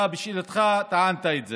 אתה בשאלתך טענת את זה.